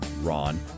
Ron